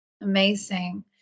Amazing